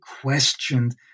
questioned